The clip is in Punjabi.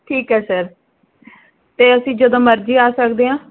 ਠੀਕ ਹੈ ਸਰ ਅਤੇ ਅਸੀਂ ਜਦੋਂ ਮਰਜ਼ੀ ਆ ਸਕਦੇ ਹਾਂ